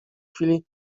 chwili